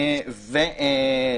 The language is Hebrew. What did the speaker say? כמו כן,